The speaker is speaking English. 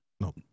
No